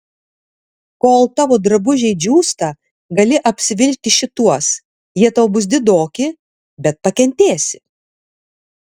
kol tavo drabužiai džiūsta gali apsivilkti šituos jie tau bus didoki bet pakentėsi